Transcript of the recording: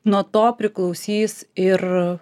nuo to priklausys ir